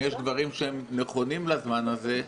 אם יש דברים שנכונים לזמן הזה.